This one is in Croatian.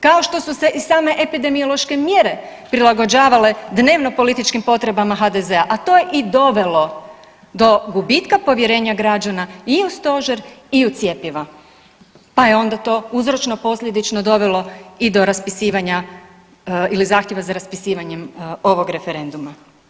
Kao što su se i same epidemiološke mjere prilagođavale dnevno-političkim potrebama HDZ-a, a to je i dovelo do gubitka povjerenja građana i u Stožer i u cjepiva, pa je onda to uzročno-posljedično dovelo i do raspisivanja ili zahtjeva za raspisivanjem ovog referenduma.